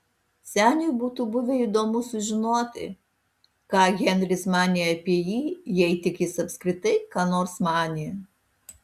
seniui būtų buvę įdomu sužinoti ką henris manė apie jį jei tik jis apskritai ką nors manė